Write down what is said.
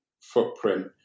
footprint